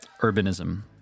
urbanism